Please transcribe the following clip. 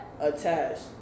attached